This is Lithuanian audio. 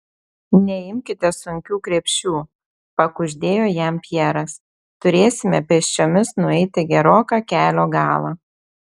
neimkite sunkių krepšių pakuždėjo jam pjeras turėsime pėsčiomis nueiti geroką kelio galą